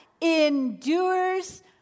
Endures